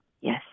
Yes